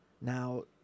Now